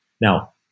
Now